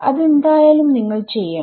അതെന്തായാലും നിങ്ങൾ ചെയ്യണം